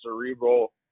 cerebral